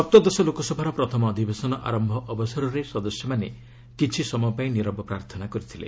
ସପ୍ତଦଶ ଲୋକସଭାର ପ୍ରଥମ ଅଧୀବେଶନ ଆରମ୍ଭ ଅବସରରେ ସଦସ୍ୟମାନେ କିଛି ସମୟ ପାଇଁ ନିରବ ପ୍ରାର୍ଥନା କରିଥିଲେ